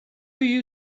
you